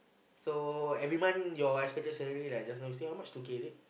so every month your expected salary like just gonna say how much two K is it